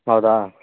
ಹೌದಾ